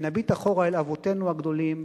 ונביט אחורה אל אבותינו הגדולים,